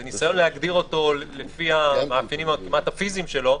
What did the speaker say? זה ניסיון להגדיר אותו לפי המאפיינים הכמעט הפיסיים שלו,